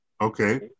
okay